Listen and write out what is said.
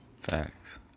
facts